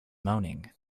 moaning